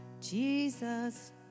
Jesus